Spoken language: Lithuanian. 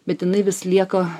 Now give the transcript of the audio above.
bet jinai vis lieka